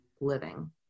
living